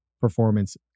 performance